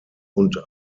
und